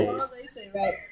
right